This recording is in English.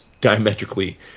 diametrically